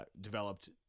developed